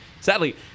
Sadly